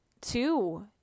two